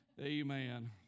Amen